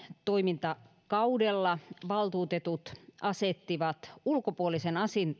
toimintakaudella valtuutetut asettivat ulkopuolisen